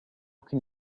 can